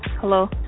Hello